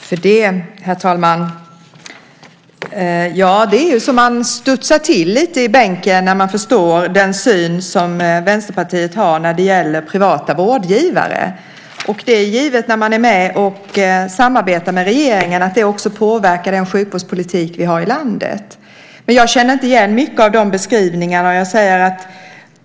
Herr talman! Det är så att man studsar till lite i bänken när man förstår den syn som Vänsterpartiet har när det gäller privata vårdgivare. Det är givet, när man är med och samarbetar med regeringen, att det också påverkar den sjukvårdspolitik vi har i landet. Jag känner inte igen mycket av beskrivningarna.